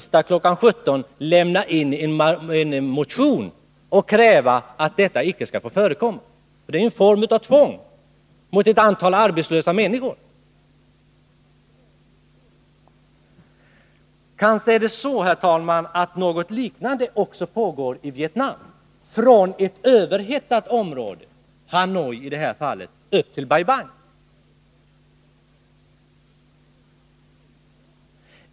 17 på tisdag lämna in en motion, där man kräver att detta icke skall få förekomma? Det är ju en form av tvång mot ett antal arbetslösa människor. Kanske är det så, herr talman, att något liknande också pågår i Vietnam, från ett överhettat område — i det här fallet Hanoi — och ut till Bai Bang.